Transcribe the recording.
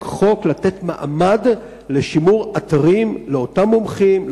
חוק לתת מעמד לשימור אתרים לאותם מומחים,